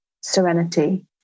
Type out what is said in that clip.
serenity